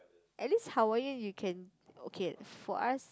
at least Hawaiian you can okay for us